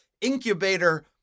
incubator